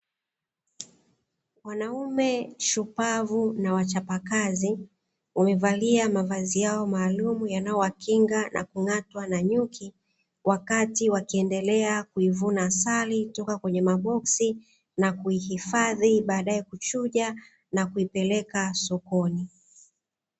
Wanaume shupavu na wachapakazi wamevalia mavazi yao maalum yanayowakinga na kung'atwa na nyuki, wakati wakiendelea kuivuna asali toka kwenye maboksi na kuihifadhi baadaye kuchuja na kuipeleka sokoni.